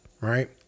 Right